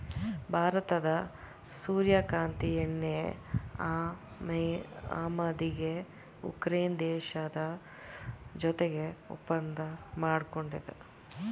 ಭಾರತದ ಸೂರ್ಯಕಾಂತಿ ಎಣ್ಣೆ ಆಮದಿಗೆ ಉಕ್ರೇನ್ ದೇಶದ ಜೊತೆಗೆ ಒಪ್ಪಂದ ಮಾಡ್ಕೊಂಡಿದೆ